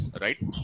right